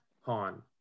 Han